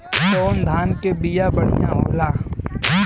कौन धान के बिया बढ़ियां होला?